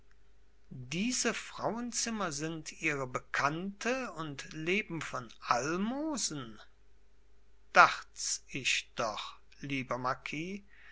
diese frauenzimmer sind ihre bekannte und leben vom almosen dachts ich doch lieber marquis